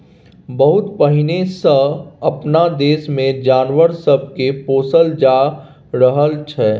बहुत पहिने सँ अपना देश मे जानवर सब के पोसल जा रहल छै